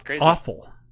awful